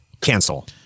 Cancel